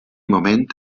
moment